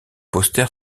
poster